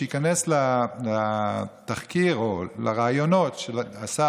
שייכנס לתחקיר או לראיונות שעשה